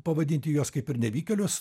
pavadinti juos kaip ir nevykėlius